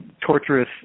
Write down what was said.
torturous